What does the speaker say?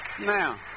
Now